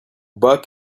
back